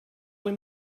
him